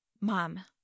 Mom